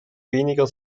weniger